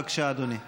בבקשה, אדוני.